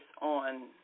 on